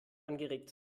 angeregt